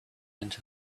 into